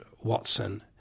Watson